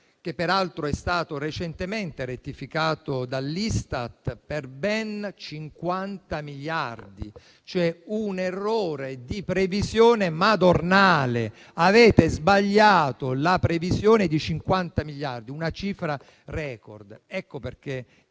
che peraltro è stato recentemente rettificato dall'Istat per ben 50 miliardi. Si tratta di un errore di previsione madornale: avete sbagliato la previsione di 50 miliardi, una cifra *record*. Per